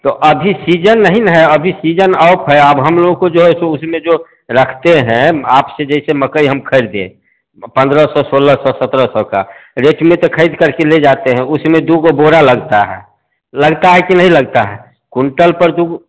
तो अभी सीजन नहीं है अभी सीजन ऑफ है अब हम लोग को जो है सो उसमें जो हैं रखते है आपसे जैसे मकई जो हम खरीदें पंद्रह सौ सौलह सौ सत्रह सौ का रेट में तो खरीद कर ले जाते हैं उसमें दो गो बौरा लगता है लगता है के नहीं लगता है कुंटल पर जो